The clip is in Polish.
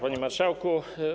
Panie Marszałku!